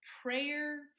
prayer